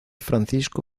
francisco